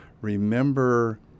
remember